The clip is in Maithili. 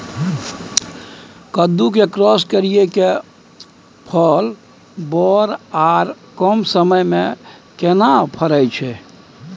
कद्दू के क्रॉस करिये के फल बर आर कम समय में केना फरय छै?